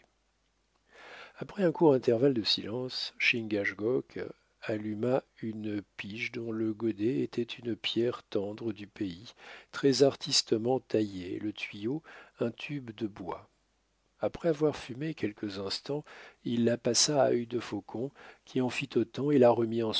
après un court intervalle de silence chingachgook alluma une pige dont le godet était une pierre tendre du pays très artistement taillée et le tuyau un tube de bois après avoir fumé quelques instants il la passa à œil de faucon qui en fit autant et la remit